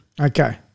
Okay